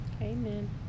Amen